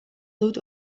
dut